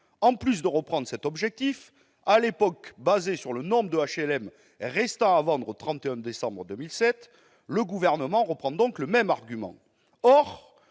En plus de reprendre cet objectif, fondé à l'époque sur le nombre d'HLM restant à vendre au 31 décembre 2007, le Gouvernement reprend donc le même argument